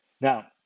now